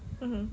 mmhmm